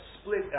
split